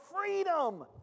freedom